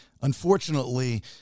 Unfortunately